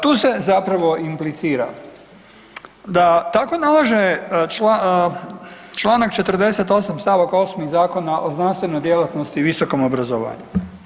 Tu se zapravo implicira tako nalaže Članak 48. stavak 8. Zakona o znanstvenoj djelatnosti i visokom obrazovanju.